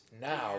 now